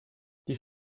die